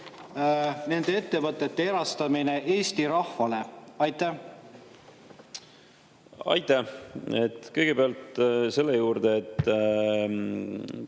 nende ettevõtete erastamine Eesti rahvale. Aitäh! Kõigepealt selle juurde, et